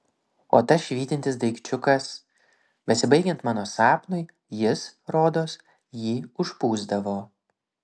o tas švytintis daikčiukas besibaigiant mano sapnui jis rodos jį užpūsdavo